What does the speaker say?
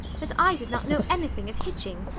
that i did not know anything of hitching,